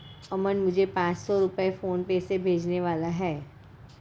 अमन मुझे पांच सौ रुपए फोनपे से भेजने वाला है